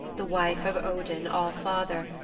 the wife of odin all-father,